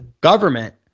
government